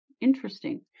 interesting